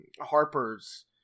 harper's